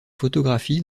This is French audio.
photographies